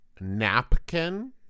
napkin